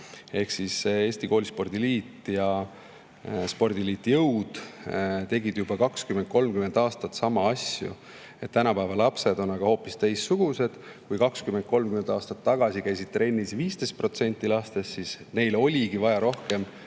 Eesti Koolispordi Liit ja spordiliit Jõud on teinud juba 20–30 aastat samu asju, aga tänapäeva lapsed on hoopis teistsugused. Kui 20–30 aastat tagasi käis trennis 15% lastest, siis neile oligi vaja rohkem